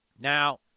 Now